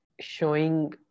showing